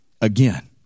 Again